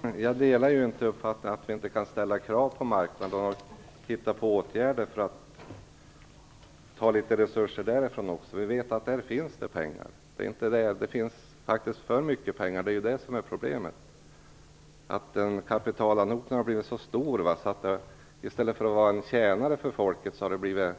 Fru talman! Jag delar inte uppfattningen att vi inte kan ställa krav på marknaden och hitta på åtgärder för att ta lite resurser därifrån också. Vi vet att där finns pengar, det är inte det som fattas. Det finns faktiskt för mycket pengar. Det är det som är problemet. Notan har blivit så stor att i stället för att vara en tjänare för folket har kapitalet blivit